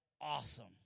awesome